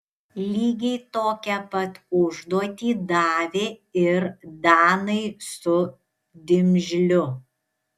lygiai tokią pat užduotį davė ir danai su dimžliu